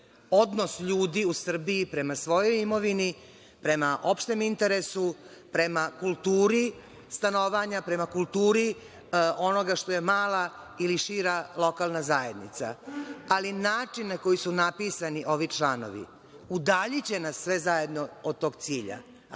odnos ljudi u Srbiji prema svojoj imovini, prema opštem interesu, prema kulturi stanovanja, prema kulturi onoga što je mala ili šira lokalna zajednica, ali način na koji su napisani ovi članovi udaljiće nas sve zajedno od toga cilja,